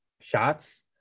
shots